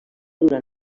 durant